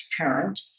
current